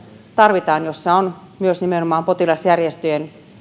tarvitaan jossa on myös nimenomaan potilasjärjestöjen